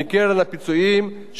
עד כה, אדוני היושב-ראש,